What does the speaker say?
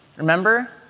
Remember